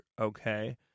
okay